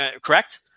correct